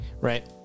right